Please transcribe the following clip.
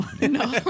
no